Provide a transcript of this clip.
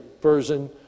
Version